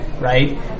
right